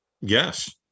Yes